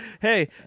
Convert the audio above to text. Hey